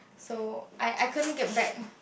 so I I couldn't get back